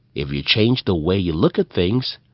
if you change the way you look at things,